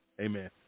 Amen